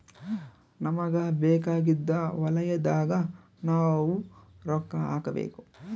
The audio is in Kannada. ನಮಗ ಬೇಕಾಗಿದ್ದ ವಲಯದಾಗ ನಾವ್ ರೊಕ್ಕ ಹಾಕಬೇಕು